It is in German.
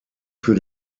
für